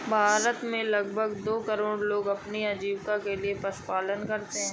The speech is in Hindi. भारत में लगभग दो करोड़ लोग अपनी आजीविका के लिए पशुपालन करते है